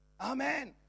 Amen